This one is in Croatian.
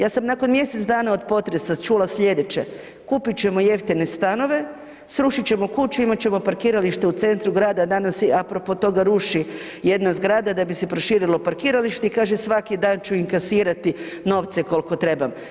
Ja sam nakon mjesec dana od potresa čula sljedeće, kupit ćemo jeftine stanove, srušit ćemo kuće, imat ćemo parkiralište u centru grada, a danas … a propos toga ruši jedna zgrada da bi se proširilo parkiralište i kaže svaki dan ću im kasirati novce koliko trebam.